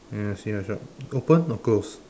ya I see another shop open or close